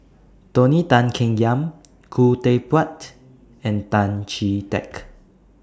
Tony Tan Keng Yam Khoo Teck Puat and Tan Chee Teck